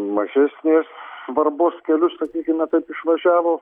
mažesnės svarbos kelius sakykime taip išvažiavo